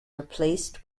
replaced